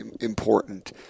important